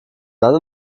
dann